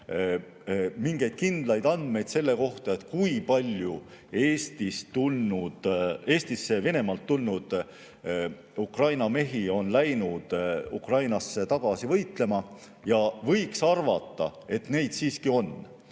mingeid kindlaid andmeid selle kohta, kui palju Eestisse Venemaalt tulnud Ukraina mehi on läinud Ukrainasse tagasi võitlema. Võiks arvata, et neid siiski on.